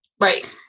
Right